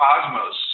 cosmos